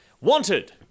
Wanted